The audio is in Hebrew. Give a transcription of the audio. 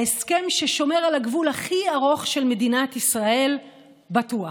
ההסכם ששומר על הגבול הכי ארוך של מדינת ישראל בטוח.